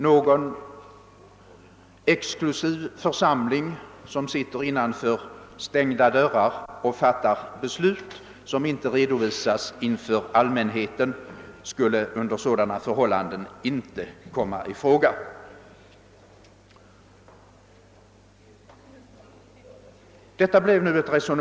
Någon exklusiv församling som sitter innanför stängda dörrar och fattar beslut som inte redovisas inför allmänheten skulle under sådana förhållanden inte komma i fråga.